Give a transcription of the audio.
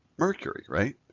mercury, right?